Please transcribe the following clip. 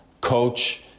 coach